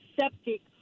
septic